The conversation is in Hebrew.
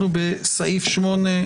אנחנו בסעיף 8,